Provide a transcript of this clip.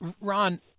Ron